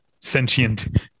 sentient